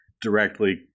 directly